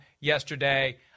yesterday